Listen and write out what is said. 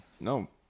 No